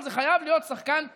אבל זה חייב להיות שחקן אחד.